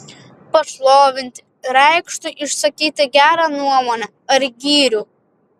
pašlovinti reikštų išsakyti gerą nuomonę ar gyrių